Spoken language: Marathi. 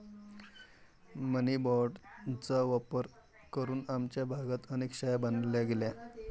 मनी बाँडचा वापर करून आमच्या भागात अनेक शाळा बांधल्या गेल्या